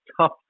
tough